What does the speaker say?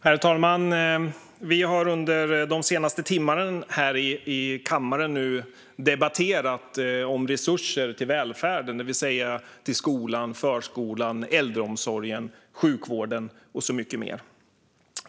Herr talman! Vi har under de senaste timmarna här i kammaren debatterat om resurser till välfärden, det vill säga till skolan, förskolan, äldreomsorgen, sjukvården och mycket mer.